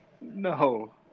No